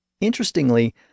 Interestingly